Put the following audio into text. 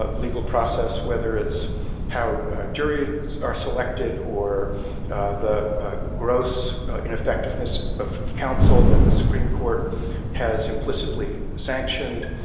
but legal process, whether it's how juries are selected or the gross ineffectiveness of counsel that the supreme court has implicitly sanctioned.